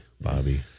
Bobby